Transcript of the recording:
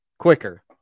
Quicker